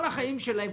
כל החיים שלהם,